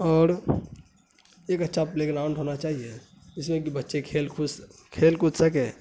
اور ایک اچھا پلے گراؤنڈ ہونا چاہیے جس میں کہ بچے کھیل کود کھیل کود سکیں